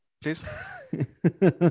please